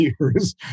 years